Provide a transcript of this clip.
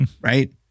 Right